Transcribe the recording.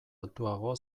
altuago